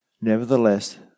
Nevertheless